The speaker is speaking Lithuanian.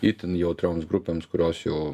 itin jautrioms grupėms kurios jau